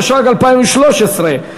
התשע"ג 2013,